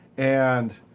and